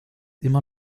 immer